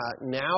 now